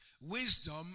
Wisdom